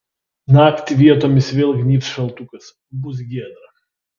naktį vietomis vėl gnybs šaltukas bus giedra